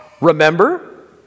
Remember